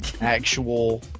actual